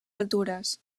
altures